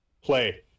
Play